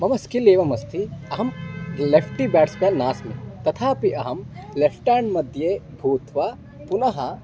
मम स्किल् एवम् अस्ति अहं लेफ्टि ब्याट्स्म्यान् नास्मि तथापि अहं लेफ्ठ् यान्ड्मध्ये पुनः